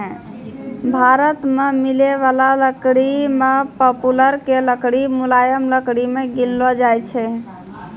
भारत मॅ मिलै वाला लकड़ी मॅ पॉपुलर के लकड़ी मुलायम लकड़ी मॅ गिनलो जाय छै